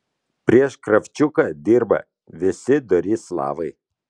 prieš kravčiuką dirba visi dori slavai